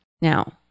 Now